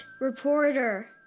reporter